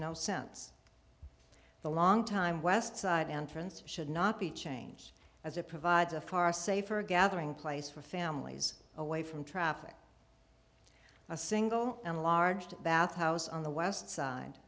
no sense the long time west side entrance should not be changed as it provides a far safer gathering place for families away from traffic a single and large bathhouse on the west side